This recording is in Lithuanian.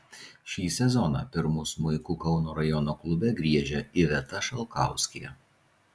šį sezoną pirmu smuiku kauno rajono klube griežia iveta šalkauskė